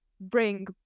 bring